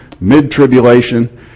mid-tribulation